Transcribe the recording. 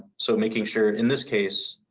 so, making sure, in this case,